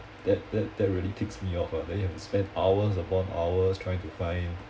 that that that really ticks me off ah then you have to spend hours upon hours trying to find